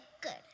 good